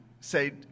say